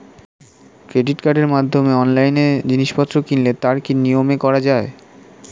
Credit কার্ডের মাধ্যমে অনলাইনে জিনিসপত্র কিনলে তার কি নিয়মে করা যায়?